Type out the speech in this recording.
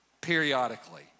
periodically